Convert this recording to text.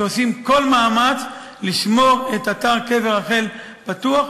שעושים כל מאמץ לשמור את אתר קבר רחל פתוח,